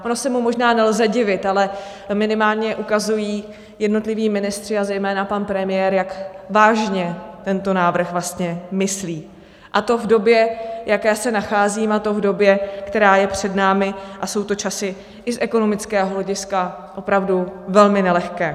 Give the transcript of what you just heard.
Ono se mu možná nelze divit, ale minimálně ukazují jednotliví ministři a zejména pan premiér, jak vážně tento návrh vlastně myslí, a to v době, v jaké se nacházíme, a to v době, která je před námi, a jsou to časy i z ekonomického hlediska opravdu velmi nelehké.